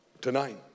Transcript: tonight